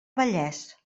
vallès